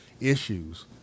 issues